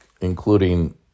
including